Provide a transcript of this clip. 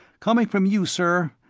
coming from you, sir,